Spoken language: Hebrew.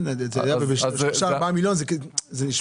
מה שאני